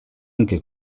anche